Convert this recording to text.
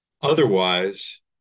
Otherwise